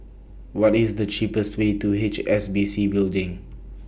What IS The cheapest Way to H S B C Building